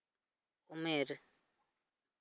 ᱩᱢᱮᱨ